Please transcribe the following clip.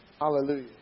Hallelujah